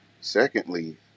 Secondly